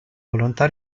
volontà